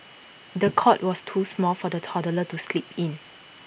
the cot was too small for the toddler to sleep in